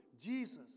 Jesus